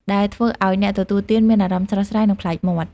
ដែលធ្វើឲ្យអ្នកទទួលទានមានអារម្មណ៍ស្រស់ស្រាយ និងប្លែកមាត់។